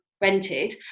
rented